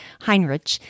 Heinrich